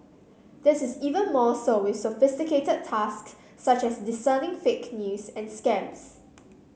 this is even more so with sophisticated tasks such as discerning fake news and scams